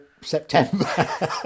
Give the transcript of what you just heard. September